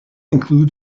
include